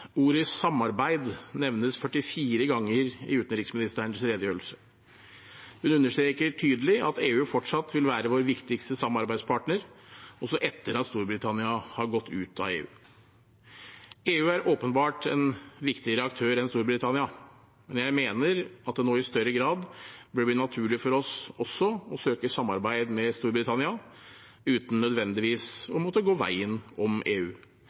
Ordet «samarbeid» nevnes 44 ganger i utenriksministerens redegjørelse. Hun understreker tydelig at EU fortsatt vil være vår viktigste samarbeidspartner, også etter at Storbritannia har gått ut av EU. EU er åpenbart en viktigere aktør enn Storbritannia, men jeg mener at det nå i større grad bør bli naturlig for oss også å søke samarbeid med Storbritannia – uten nødvendigvis å måtte gå veien om EU.